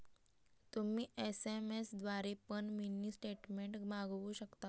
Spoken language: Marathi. तुम्ही एस.एम.एस द्वारे पण मिनी स्टेटमेंट मागवु शकतास